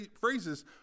phrases